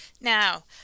Now